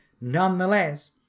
Nonetheless